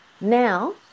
Now